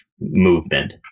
movement